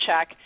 check